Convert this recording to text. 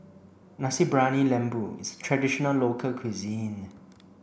Nasi Briyani Lembu is a traditional local cuisine